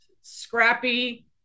scrappy